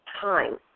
time